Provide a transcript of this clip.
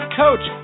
coach